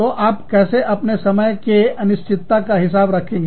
तो कैसे आप अपने समय के अनिश्चितता का हिसाब रखते हैं